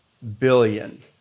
billion